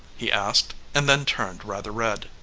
he asked and then turned rather red.